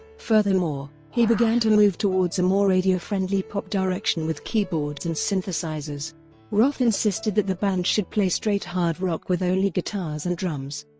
furthermore, he began to move towards a more radio-friendly pop direction with keyboards and synthesizers roth insisted that the band should play straight hard rock with only guitars and drums.